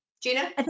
Gina